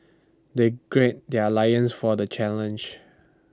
they gird their lions for the challenge